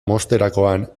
mozterakoan